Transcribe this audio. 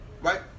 Right